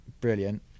brilliant